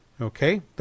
Okay